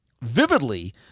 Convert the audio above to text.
vividly